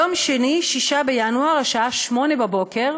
יום שני, 6 בינואר השעה 08:00, בבוקר.